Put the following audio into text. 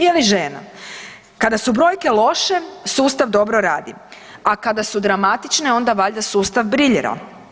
Ili žena, kada su brojke loše, sustav dobro radi, a kada su dramatične, onda valjda sustav briljira.